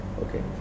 Okay